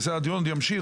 הדיון עוד ימשיך,